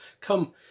come